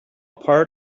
part